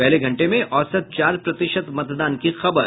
पहले घंटे में औसत चार प्रतिशत मतदान की खबर